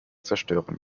zerstören